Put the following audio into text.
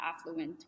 affluent